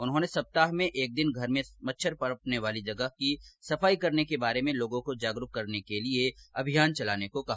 उन्होंने सप्ताह में एक दिन घर में मच्छर पनपने वाली जगहों की सफाई करने के बारे में लोगों को जागरूक करने के लिए अभियान चलाने को भी कहा